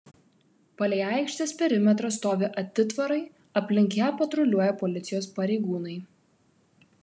palei aikštės perimetrą stovi atitvarai aplink ją patruliuoja policijos pareigūnai